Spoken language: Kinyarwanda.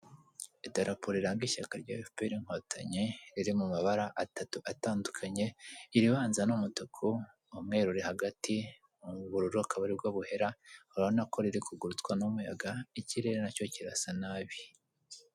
Idarapo riranga ishyaka rya efuperi inkotanyi riri mu mabara atatu atandukanye iribanza n'umutuku, umweru uri hagati ubururu akaba ari bwo buhera, urabona ko ririkugurutswa n'umuyaga ikirere nacyo kirasa nabi.